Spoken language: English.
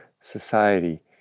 society